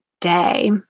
day